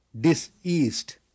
Diseased